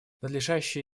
надлежащее